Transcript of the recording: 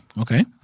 Okay